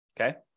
Okay